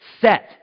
set